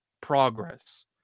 progress